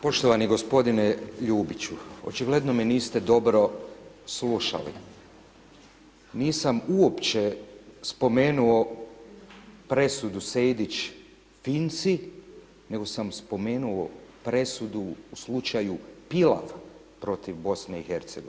Poštovani g. Ljubiću očigledno me niste dobro slušali, nisam uopće spomenuo presudu Sidić Finci, nego sam spomenuo presudu u slučaju Pilav protiv BIH.